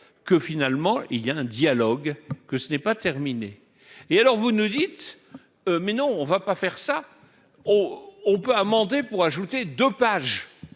que finalement il y a un dialogue que ce n'est pas terminée, et alors vous nous dites : mais non, on ne va pas faire ça, oh, on peut amender pour ajouter : dopage,